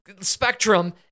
spectrum